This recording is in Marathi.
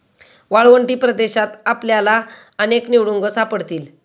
वाळवंटी प्रदेशात आपल्याला अनेक निवडुंग सापडतील